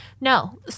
No